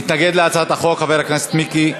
מתנגד להצעת החוק חבר הכנסת מיקי,